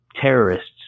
terrorists